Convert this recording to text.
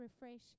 refresh